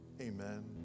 Amen